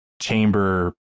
chamber